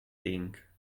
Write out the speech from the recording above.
tinc